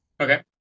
Okay